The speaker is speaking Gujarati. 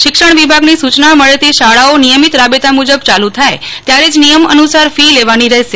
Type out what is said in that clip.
શિક્ષણ વિભાગની સુચના મળ્યે થી શાળાઓ નિથમિત રાબેતા મુજબ ચાલુ થાય ત્યારે જ નિયમ અનુસાર ફી લેવાની રહેશે